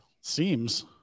Seems